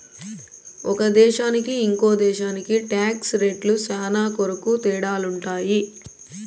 ఒక దేశానికి ఇంకో దేశానికి టాక్స్ రేట్లు శ్యానా కొరకు తేడాలుంటాయి